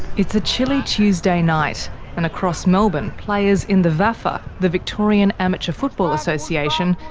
it's a chilly tuesday night and across melbourne players in the vafa, the victorian amateur football association,